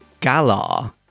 Galar